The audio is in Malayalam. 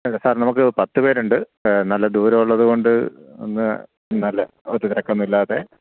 അല്ല സാര് നമുക്ക് പത്ത് പേരുണ്ട് നല്ല ദൂരമുള്ളതുകൊണ്ട് ഒന്ന് നല്ല ഒരു തിരക്കൊന്നുമില്ലാതെ